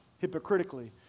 hypocritically